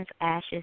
Ashes